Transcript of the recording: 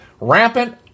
Rampant